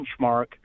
benchmark